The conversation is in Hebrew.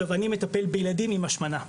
אני מטפל בילדים עם השמנה,